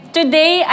today